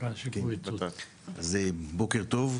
בוקר טוב,